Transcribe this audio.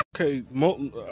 okay